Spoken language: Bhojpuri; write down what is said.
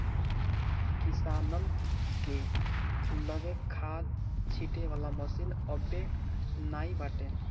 किसानन के लगे खाद छिंटे वाला मशीन अबे नाइ बाटे